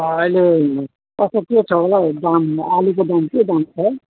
अहिले कस्तो के छ होला हौ दाम आलुको दाम के दाम छ